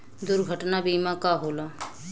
दुर्घटना बीमा का होला?